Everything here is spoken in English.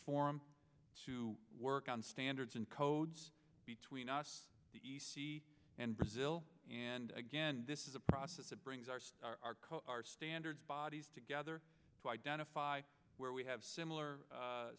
forum to work on standards and codes between us and brazil and again this is a process that brings our our our standards bodies together to identify where we have similar